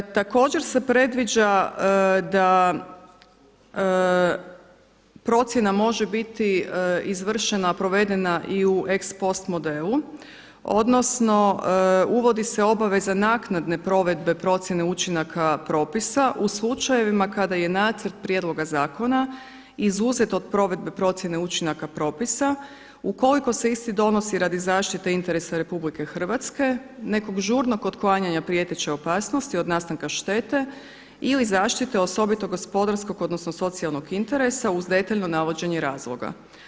Također se predviđa da procjena može biti izvršena provedena i u ex post modelu, odnosno uvodi se obaveza naknadne provedbe procjene učinaka propisa u slučajevima kada je nacrt prijedloga zakona izuzet od provedbe procjene učinaka propisa ukoliko se isti donosi radi zaštite interesa RH, nekog žurnog otklanjanja prijeteće opasnosti od nastanka štete ili zaštite osobito gospodarskog, odnosno socijalnog interesa uz detaljno navođenje razloga.